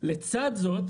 לצד זאת,